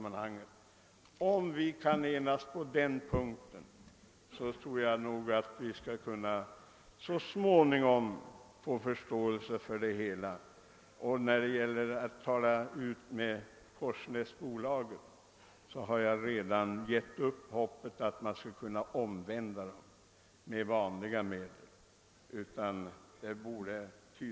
Om vi kan enas på den punkten, tror jag att det så småningom skall vara möjligt att vinna förståelse för alla strävanden på det här området. Vad gäller Korsnäsbolaget har jag redan gett upp hoppet om att man med vanliga medel skall kunna omvända dem som har att bestämma där.